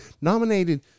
Nominated